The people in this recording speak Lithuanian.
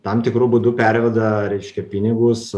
tam tikru būdu perveda reiškia pinigus